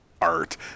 art